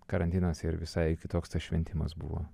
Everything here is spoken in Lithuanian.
karantinas ir visai kitoks tas šventimas buvo